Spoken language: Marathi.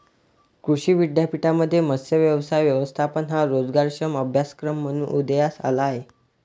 कृषी विद्यापीठांमध्ये मत्स्य व्यवसाय व्यवस्थापन हा रोजगारक्षम अभ्यासक्रम म्हणून उदयास आला आहे